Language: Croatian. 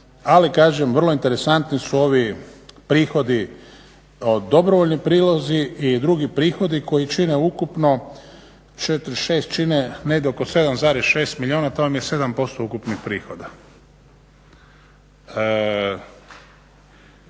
Ali kažem, vrlo interesantni su ovi prihodi, dobrovoljni prilozi i drugi prihodi koji čine ukupno 46, čine negdje oko 7,6 milijuna. To vam je 7% ukupnih prihoda.